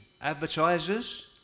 advertisers